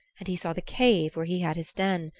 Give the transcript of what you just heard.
and he saw the cave where he had his den,